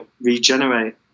regenerate